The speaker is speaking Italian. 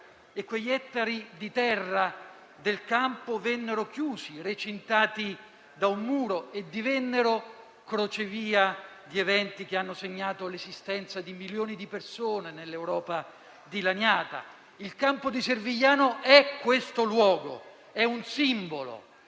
e quegli ettari di terra del campo vennero chiusi e recintati da un muro, diventando crocevia di eventi che hanno segnato l'esistenza di milioni di persone nell'Europa dilaniata. Il campo di Servigliano è questo luogo: un simbolo